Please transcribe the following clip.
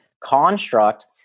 construct